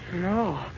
No